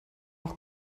auch